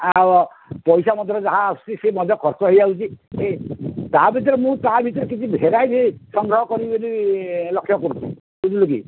ଆଉ ପଇସା ପତର ଯାହା ଆସୁଛି ସେ ମଧ୍ୟ ଖର୍ଚ୍ଚ ହୋଇଯାଉଛି ତା ଭିତରେ ମୁଁ ତା ଭିତରେ କିଛି ଭେରାଇଟି ସଂଗ୍ରହ କରିବି ବୋଲି ଲକ୍ଷ୍ୟ କରୁଛି ବୁଝିଲୁ କି